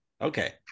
okay